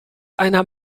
einer